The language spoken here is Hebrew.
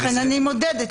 לכן אני מודדת.